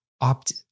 opt